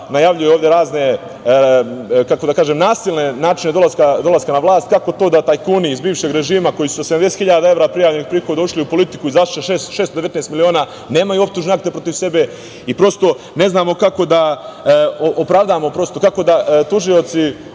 najavljuje ovde razne, nasilne načine dolaska na vlast. Kako to da tajkuni iz bivšeg režima, koji su sa 70 hiljada evra prijavljenog prihoda ušli u politiku, izašli sa 619 miliona, nemaju optužne akte protiv sebe, i prosto, ne znamo kako da opravdamo, kako da nam tužioci